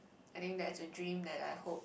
I think that's a dream that I hope